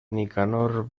nicanor